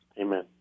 Amen